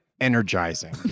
energizing